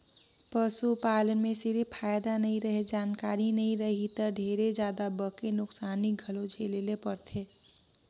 पसू पालन में सिरिफ फायदा नइ रहें, जानकारी नइ रही त ढेरे जादा बके नुकसानी घलो झेले ले परथे